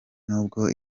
n’ubwo